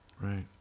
right